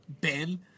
Ben